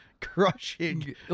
Crushing